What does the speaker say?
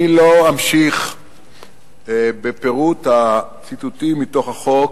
אני לא אמשיך בפירוט הציטוטים מתוך החוק,